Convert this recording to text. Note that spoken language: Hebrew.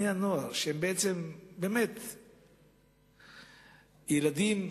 שהם באמת ילדים,